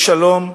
בשלום,